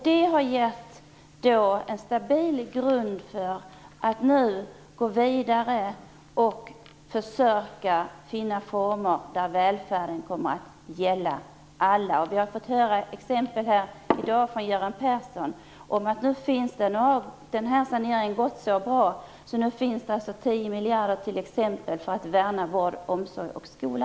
Det har givit en stabil grund för att nu gå vidare och försöka finna former där välfärden kommer att gälla alla. Vi har i dag fått höra från Göran Persson att saneringen har gått så bra att det nu finns tio miljarder kronor för att t.ex. värna vård, omsorg och skola.